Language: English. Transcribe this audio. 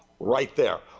right there.